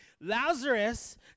Lazarus